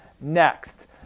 next